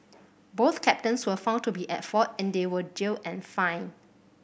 both captains were found to be at fault and they were jailed and fined